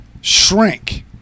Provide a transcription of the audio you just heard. shrink